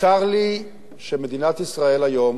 צר לי שמדינת ישראל היום